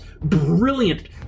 brilliant